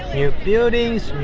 new buildings,